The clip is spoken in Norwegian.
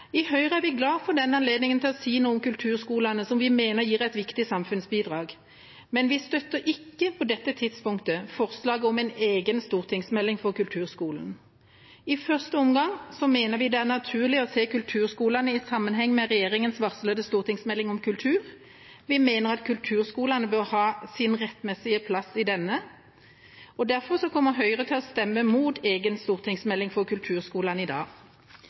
I Høyre er vi glad for denne anledningen til å si noe om kulturskolene, som vi mener gir et viktig samfunnsbidrag, men vi støtter ikke på dette tidspunktet forslaget om en egen stortingsmelding om kulturskolen. I første omgang mener vi det er naturlig å se kulturskolene i sammenheng med regjeringas varslede stortingsmelding om kultur. Vi mener at kulturskolene bør ha sin rettmessige plass i denne. Derfor kommer Høyre til å stemme mot en egen stortingsmelding for kulturskolene i dag.